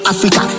Africa